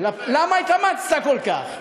למה התאמצת כל כך?